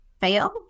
fail